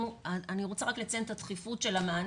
אני רוצה לציין את הדחיפות של המענה.